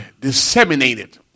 disseminated